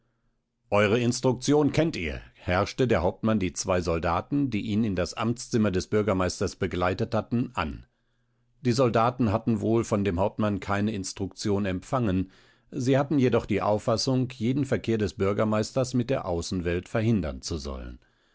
eure instruktion kennt ihr herrschte der hauptmann die zwei soldaten die ihn in das amtszimmer des bürgermeisters begleitet hatten an die soldaten hatten wohl von dem hauptmann keine instruktion empfangen sie hatten jedoch die auffassung jeden verkehr des bürgermeisters mit der außenwelt verhindern zu sollen